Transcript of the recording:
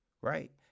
right